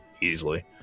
easily